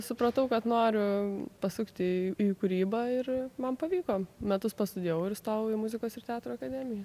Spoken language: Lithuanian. supratau kad noriu pasukti į kūrybą ir man pavyko metus pastudijavau ir įstojau į muzikos ir teatro akademiją